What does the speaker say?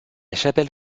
chapelle